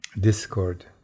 discord